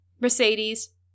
Mercedes